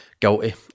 guilty